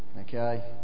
Okay